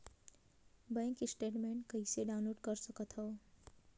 Bank statement कइसे download कर सकथव?